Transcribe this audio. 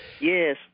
Yes